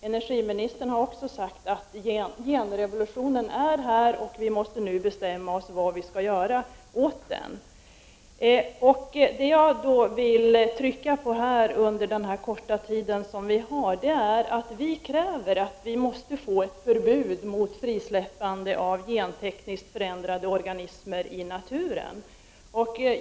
Energiministern har uttalat att genrevolutionen är här. Vi måste nu bestämma oss för hur vi skall förhålla oss till den. Jag vill därför understryka kravet på ett förbud mot frisläppande av gentekniskt förändrade organismer i naturen.